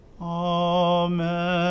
Amen